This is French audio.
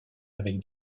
avec